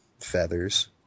feathers